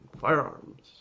firearms